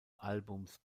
albums